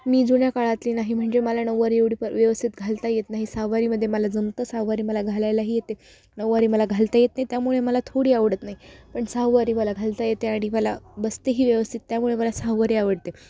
मी जुन्या काळातली नाही म्हणजे मला नऊ्वारी एवढी पर व्यवस्थित घालता येत नाही सहावारीमध्ये मला जमतं सहावारी मला घालायलाही येते नऊवारी मला घालता येत नाही त्यामुळे मला थोडी आवडत नाही पण सहावारी मला घालता येते आणि मला बसतेही व्यवस्थित त्यामुळे मला सहावारी आवडते